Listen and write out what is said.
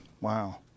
Wow